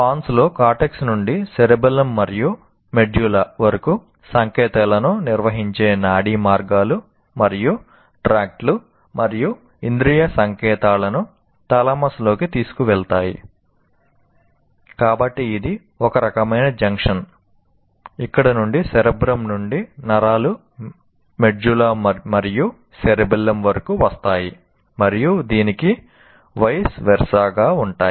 Ponce వరకు వస్తాయి మరియు దీనికి వైస్ వెర్సా గా ఉంటాయి